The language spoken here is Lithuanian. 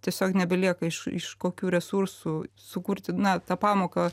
tiesiog nebelieka iš iš kokių resursų sukurti na tą pamoką